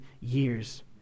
years